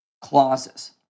clauses